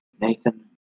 Nathan